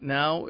now